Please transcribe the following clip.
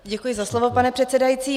Děkuji za slovo, pane předsedající.